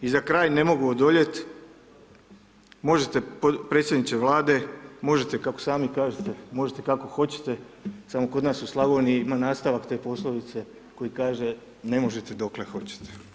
I za kraj ne mogu odoljet, možete predsjedniče Vlade, možete kako samo kažete, možete kako hoćete, samo kod nas u Slavoniji ima nastavak te poslovice koji kaže ne možete dokle hoćete.